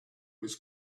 was